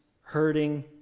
hurting